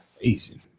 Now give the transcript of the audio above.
Easy